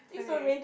okay